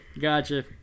Gotcha